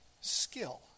skill